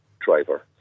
driver